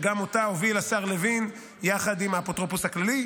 שגם אותה הוביל השר לוין יחד עם האפוטרופוס הכללי,